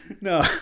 No